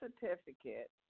certificate